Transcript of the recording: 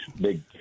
big